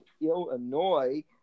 Illinois